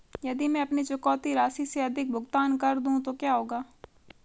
यदि मैं अपनी चुकौती राशि से अधिक भुगतान कर दूं तो क्या होगा?